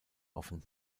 offen